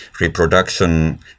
reproduction